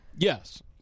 Yes